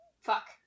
Fuck